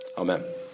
Amen